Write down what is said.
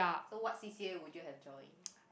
so what C_C_A would you have joined